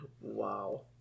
wow